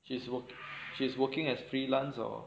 she's work she's working as freelance or